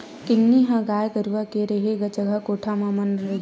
किन्नी ह गाय गरुवा के रेहे जगा कोठा मन म रहिथे